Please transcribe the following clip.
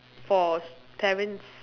for parents